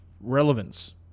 relevance